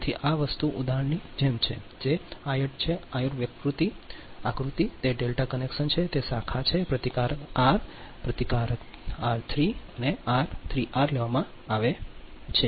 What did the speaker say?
તેથી આ વસ્તુ આ ઉદાહરણની જેમ છે તે આયટ છે આયુર આકૃતિ તે ડેલ્ટા કનેક્શન છે તે શાખા છે તે પ્રતિકારક 3 આર 3 આર અને 3 આર લેવામાં આવે છે